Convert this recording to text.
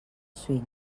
swing